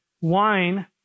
wine